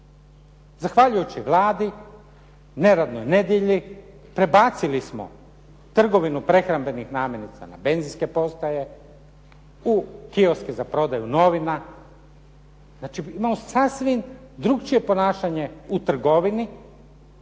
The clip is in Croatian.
Zahvaljujući Vladi neradnoj nedjelji prebacili smo trgovinu prehrambenih namirnica na benzinske postaje u kioske za prodaju novina. Znači imamo sasvim drugačije ponašanje u trgovini,